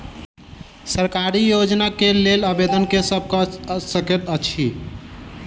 सरकारी योजना केँ लेल आवेदन केँ सब कऽ सकैत अछि?